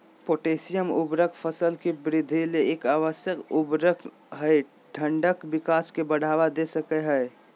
potassium उर्वरक फसल के वृद्धि ले एक आवश्यक उर्वरक हई डंठल विकास के बढ़ावा दे सकई हई